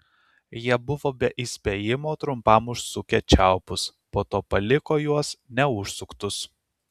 jie buvo be įspėjimo trumpam užsukę čiaupus po to paliko juos neužsuktus